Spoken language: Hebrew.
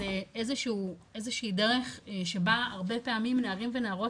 זה איזושהי דרך שבה הרבה פעמים נערים ונערות